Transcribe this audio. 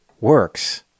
works